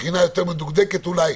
בחינה יותר מדוקדקת אולי,